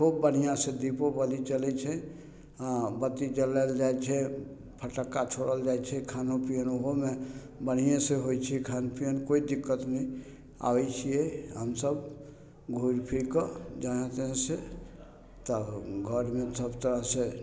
खूब बढ़िआँसँ दीपोवली चलय छै बत्ती जलाओल जाइ छै फटक्का छोड़ल जाइ छै खाना पीना ओहुमे बढ़ियेसँ होइ छै खान पीयन कोइ दिक्कत नहि आबय छियै हमसब घूमि फिरिकऽ जहाँ तहाँसँ तऽ घरमे सब तरहसँ